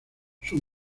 sus